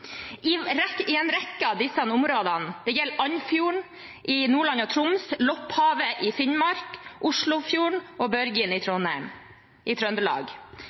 i en rekke av disse områdene – det gjelder Andfjorden i Nordland og Troms, Lopphavet i Finnmark, Oslofjorden og Børgin i